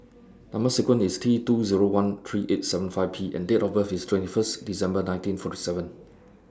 Number sequence IS T two Zero one three eight seven five P and Date of birth IS twenty First December nineteen forty seven